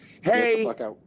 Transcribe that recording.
hey